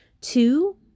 two